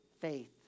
faith